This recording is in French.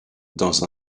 dans